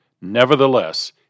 nevertheless